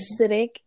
acidic